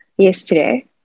yesterday